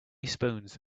spoons